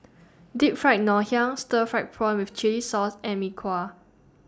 Deep Fried Ngoh Hiang Stir Fried Prawn with Chili Sauce and Mee Kuah